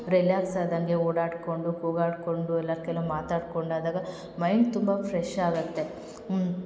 relax ಆದಂಗೆ ಓಡಾಡ್ಕೊಂಡು ಕೂಗಾಡ್ಕೊಂಡು ಎಲ್ಲ ಕೆಲು ಮಾತಾಡ್ಕೊಂಡು ಆದಾಗ ಮೈಂಡ್ ತುಂಬ ಫ್ರೆಶ್ ಆಗುತ್ತೆ ಹ್ಞೂ